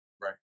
Right